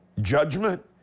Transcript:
judgment